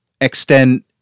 extend